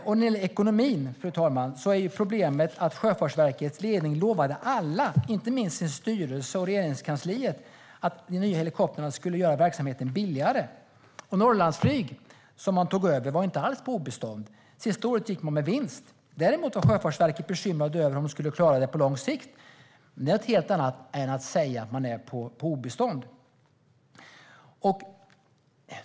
När det gäller ekonomin, fru talman, är problemet att Sjöfartsverkets ledning lovade alla - inte minst sin styrelse och Regeringskansliet - att de nya helikoptrarna skulle göra verksamheten billigare. Norrlandsflyg, som man tog över, var inte alls på obestånd, utan sista året gick man med vinst. Däremot var Sjöfartsverket bekymrat över om företaget skulle klara det på lång sikt. Men det är något helt annat än att säga att man är på obestånd.